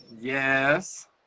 Yes